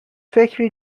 فکری